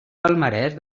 palmarès